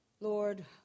Lord